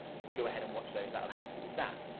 you can go ahead and watch those. that'll help you with that.